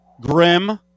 Grim